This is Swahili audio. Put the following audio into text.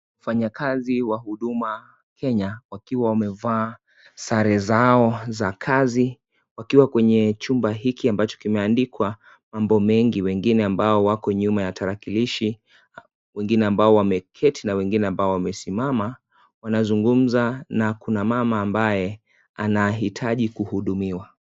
Wafanyakazi wa Huduma kenya wakiwa wamevaa sare zao za kazi, wakiwa kwenye chumba hiki ambacho kimeandikwa mambo mengi. Wengine ambao wako nyuma ya tarakilishi, wengine ambao wameketi na wengine ambao wamesimama wanazungumza na kuna mama ambaye anahitaji kuhudumiwa.